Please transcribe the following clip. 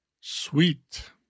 Sweet